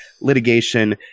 litigation